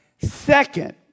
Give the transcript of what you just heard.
second